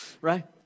right